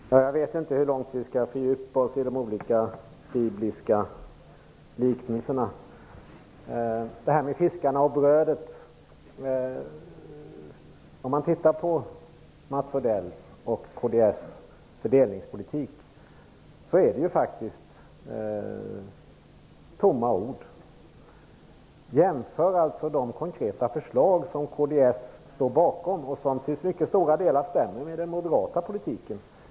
Fru talman! Jag vet inte hur mycket vi skall fördjupa oss i de olika bibliska liknelserna, men vi kan ta upp den om fiskarna och brödet. Mats Odells och kds fördelningspolitik är faktiskt tomma ord. Jämför den med de konkreta förslag som kds står bakom och som till mycket stora delar stämmer överens med den moderata politiken.